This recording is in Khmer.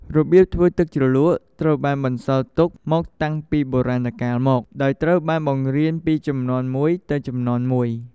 របៀបធ្វើទឹកជ្រលក់ ត្រូវបានបន្សល់ទុកមកតាំងពីបុរាណកាលមក ដោយត្រូវបានបង្រៀនពីជំនាន់មួយទៅជំនាន់មួយ។